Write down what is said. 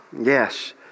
yes